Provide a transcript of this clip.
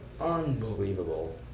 unbelievable